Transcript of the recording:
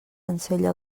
ensella